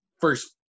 first